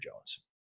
Jones